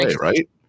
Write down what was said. right